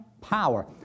power